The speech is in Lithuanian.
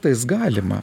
tais galima